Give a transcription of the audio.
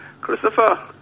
Christopher